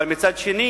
אבל מצד שני